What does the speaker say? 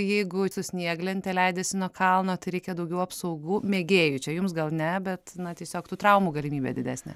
jeigu su snieglente leidiesi nuo kalno tai reikia daugiau apsaugų mėgėjui čia jums gal ne bet na tiesiog tų traumų galimybė didesnė